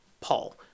Paul